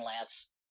lance